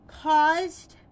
caused